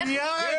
כן.